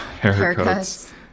haircuts